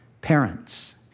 parents